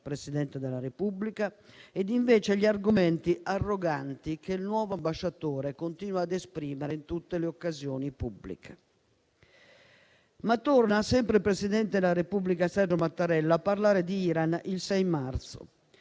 Presidente della Repubblica, e invece gli argomenti arroganti che il nuovo ambasciatore continua ad esprimere in tutte le occasioni pubbliche. Sempre il presidente della Repubblica Sergio Mattarella è tornato a parlare di Iran il 6 marzo,